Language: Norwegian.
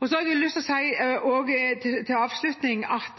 Så har jeg også lyst til å si til avslutning at